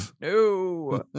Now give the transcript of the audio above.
No